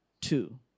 two